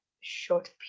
short